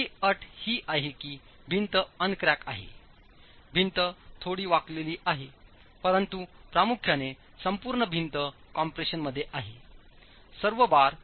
पहिली अट ही आहे की भिंत अन क्रॅक आहेभिंत थोडी वाकलेली आहे परंतु प्रामुख्याने संपूर्ण भिंत कॉम्प्रेशन मध्ये आहेसर्व बार